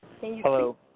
Hello